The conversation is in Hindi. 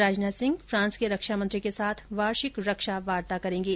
राजनाथ सिंह फ्रांस के रक्षामंत्री के साथ वार्षिक रक्षा वार्ता करेंगे